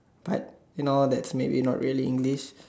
but you know that's maybe not real English